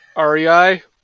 REI